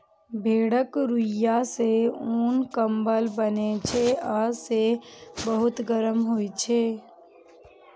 भेड़क रुइंया सं उन, कंबल बनै छै आ से बहुत गरम होइ छै